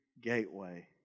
gateway